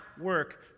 work